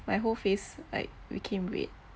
my whole face like became red